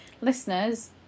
listeners